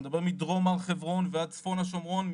אני מדבר מדרום הר חברון ועד צפון השומרון,